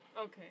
Okay